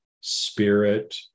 spirit